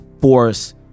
force